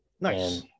Nice